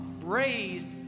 raised